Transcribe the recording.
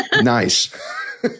Nice